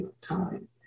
time